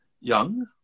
young